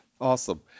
Awesome